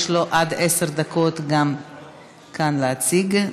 יש לו עד עשר דקות להציג כאן,